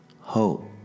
hope